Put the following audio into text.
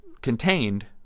contained